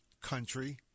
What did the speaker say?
country